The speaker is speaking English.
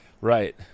Right